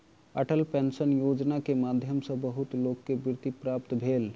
Atal pension Yojana के माध्यम सॅ बहुत लोक के वृत्ति प्राप्त भेल